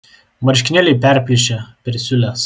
marškinėliai perplyšę per siūles